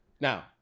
Now